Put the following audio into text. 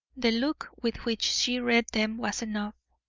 the look with which she read them was enough.